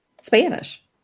Spanish